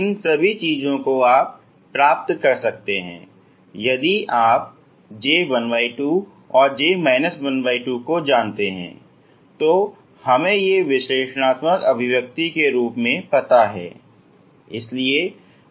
इन सभी चीजों को आप प्राप्त कर सकते है यदि आप J12 और J 12 जानते हैं कि हमें ये विश्लेषणात्मक अभिव्यक्ति के रूप में पता है